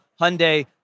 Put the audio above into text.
Hyundai